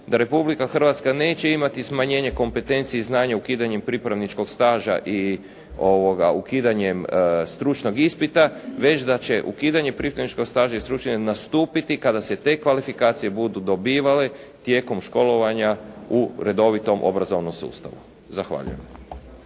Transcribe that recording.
da Republika Hrvatska neće imati smanjenje kompetencije i znanja ukidanjem pripravničkog staža i ukidanjem stručnog ispita već da će ukidanje pripravničkog staža i stručnog nastupiti kada se te kvalifikacije budu dobivale tijekom školovanja u redovitom obrazovnom sustavu. Zahvaljujem.